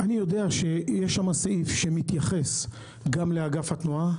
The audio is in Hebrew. אני יודע שיש שם סעיף שמתייחס גם לאגף התנועה.